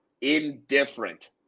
indifferent